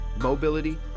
mobility